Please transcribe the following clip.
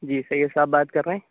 جی سید صاحب بات کر رہے ہیں